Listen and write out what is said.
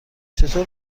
چطور